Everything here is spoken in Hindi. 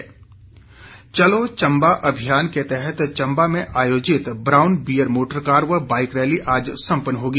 चंबा अभियान चलो चम्बा अभियान के तहत चम्बा में आयोजित ब्राउन बीयर मोटर कार व बाइक रैली आज सम्पन्न होगी